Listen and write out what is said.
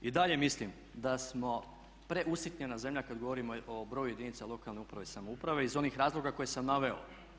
I dalje mislim da smo preusitnjena zemlja kad govorimo o broju jedinica lokalne uprave i samouprave iz onih razloga koje sam naveo.